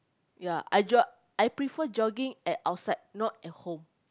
ya I jog I prefer jogging at outside not at home